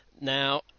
Now